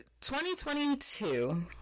2022